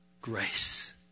grace